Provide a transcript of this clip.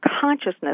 consciousness